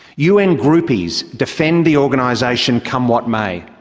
un groupies defend the organisation come what may.